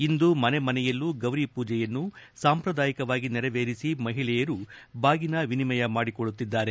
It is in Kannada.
ಇಂದು ಮನೆಮನೆಯಲ್ಲೂ ಗೌರಿ ಪೂಜೆಯನ್ನು ಸಾಂಪ್ರದಾಯಿಕವಾಗಿ ನೆರವೇರಿಸಿ ಮಹಿಳೆಯರು ಬಾಗಿನ ವಿನಿಮಯ ಮಾಡಿಕೊಳ್ಳುತ್ತಿದ್ದಾರೆ